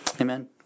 Amen